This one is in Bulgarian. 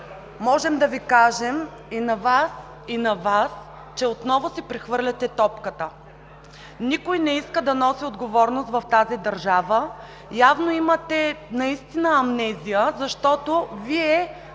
група на „БСП за България“), че отново си прехвърляте топката. Никой не иска да носи отговорност в тази държава. Явно имате наистина амнезия, защото Вие